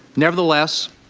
nevertheless,